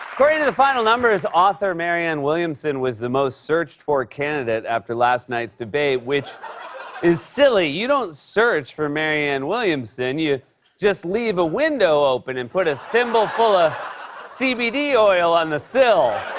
the final numbers, author marianne williamson was the most searched-for candidate after last night's debate, which is silly. you don't search for marianne williamson. you just leave a window open and put a thimble full of cbd oil on the sill.